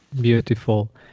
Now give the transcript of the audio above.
Beautiful